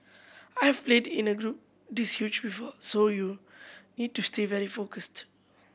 I've played in a group this huge before so you need to stay very focused